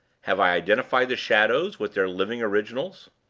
have i identified the shadows with their living originals?